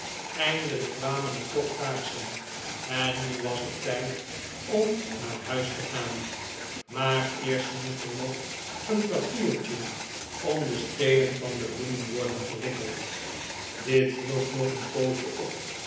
eindelijk kwamen er toch kaarsen en nu was het tijd om naar huis te gaan maar eerst moest er nog een papiertje om de stelen van die bloemen worden gewikkeld dit hield nog een poosje op